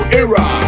era